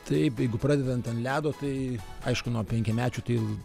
taip jeigu pradedant ant ledo tai aišku nuo penkiamečių tai